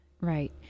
Right